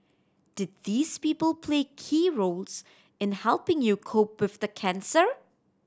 did these people play key roles in helping you cope with the cancer